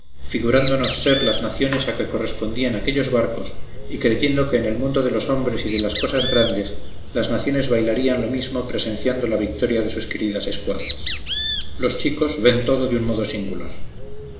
artillería figurándonos ser las naciones a que correspondían aquellos barcos y creyendo que en el mundo de los hombres y de las cosas grandes las naciones bailarían lo mismo presenciando la victoria de sus queridas escuadras los chicos ven todo de un modo singular